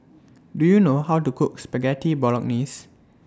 Do YOU know How to Cook Spaghetti Bolognese